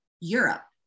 Europe